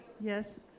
Yes